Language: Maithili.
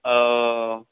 ओ